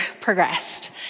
progressed